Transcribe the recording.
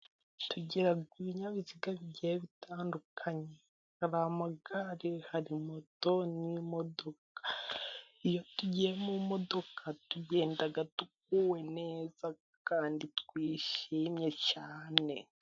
Tugera ku bininyabiziga bigenda bitandukanye : hari amagare, hari moto n'imodoka. Iyo tugiye mumodoka tugenda tuguwe neza kandi twishimye cyane.